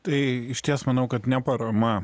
tai išties manau kad ne parama